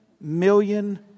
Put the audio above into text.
million